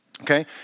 Okay